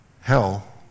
hell